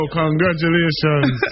congratulations